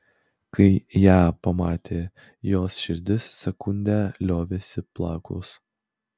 kai ją pamatė jos širdis sekundę liovėsi plakus